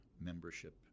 membership